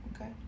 Okay